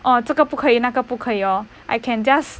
哦这个不可以那可不可以 hor I can just